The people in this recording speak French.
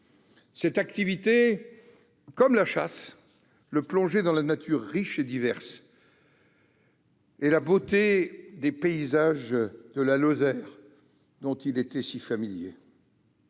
Cette activité, comme la chasse, le plongeait dans la nature riche et diverse et dans la beauté des paysages de la Lozère, dont il était si familier.